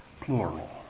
plural